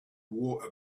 wore